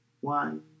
One